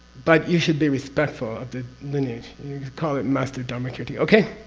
but you should be respectful of the lineage. you call it master dharmakirti. okay?